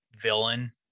villain